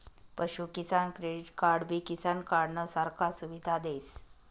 पशु किसान क्रेडिट कार्डबी किसान कार्डनं सारखा सुविधा देस